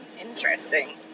Interesting